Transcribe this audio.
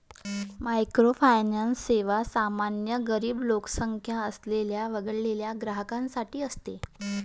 microfinance सेवा सामान्यतः गरीब लोकसंख्या असलेल्या वगळलेल्या ग्राहकांसाठी असते